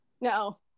No